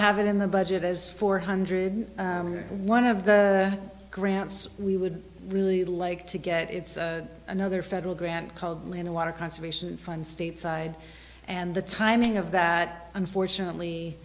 have it in the budget as four hundred one of the grants we would really like to get it's another federal grant called land water conservation fund stateside and the timing of that unfortunately